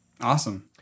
Awesome